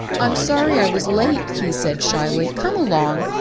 i'm sorry i was late, he said shyly. come along.